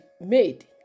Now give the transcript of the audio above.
made